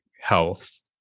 health